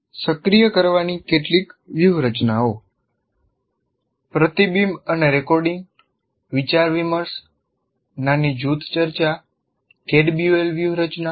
સક્રિય કરવાની કેટલીક વ્યૂહરચનાઓ પ્રતિબિંબ અને રેકોર્ડિંગ વિચાર વિમર્શ નાની જૂથ ચર્ચા કેડબલ્યુએલ નો વોન્ટેડ શીખી વ્યૂહરચના